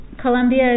Colombia